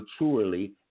maturely